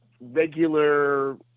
regular